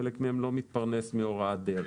חלק מהם לא מתפרנס מהוראת דרך.